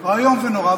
הוא איום ונורא,